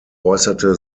äußerte